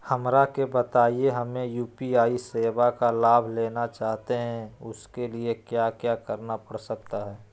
हमरा के बताइए हमें यू.पी.आई सेवा का लाभ लेना चाहते हैं उसके लिए क्या क्या करना पड़ सकता है?